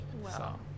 Wow